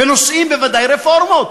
בנושאים, בוודאי רפורמות.